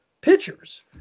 pitchers